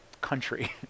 country